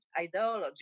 ideology